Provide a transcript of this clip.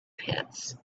pits